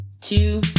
two